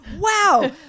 Wow